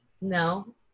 No